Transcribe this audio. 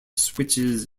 switches